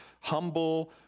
humble